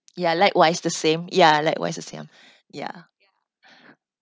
ya likewise the same ya likewise the same ya